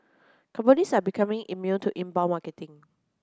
companies are becoming immune to inbound marketing